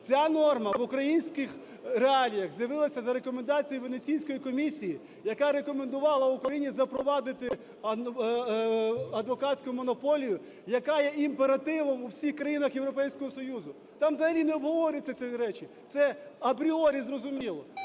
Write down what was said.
Ця норма в українських реаліях з'явилась за рекомендацією Венеційської комісії, яка рекомендувала Україні запровадити адвокатську монополію, яка є імперативом у всіх країнах Європейського Союзу. Там взагалі не обговорюються ці речі. Це апріорі зрозуміло.